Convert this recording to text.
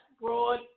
broad